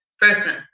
person